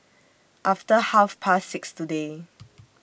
after Half Past six today